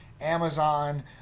Amazon